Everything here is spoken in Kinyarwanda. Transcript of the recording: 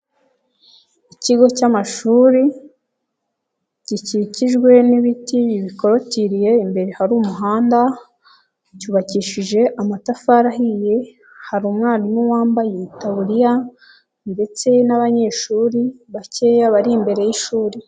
Ikigo cy'amashuri gikikijwe n'ibiti bibikorotiriye, imbere hari umuhanda, cyubakishije amatafari ahiye, hari umwarimu wambaye itaburiya ndetse n'abanyeshuri bakeya bari imbere y'ishuri.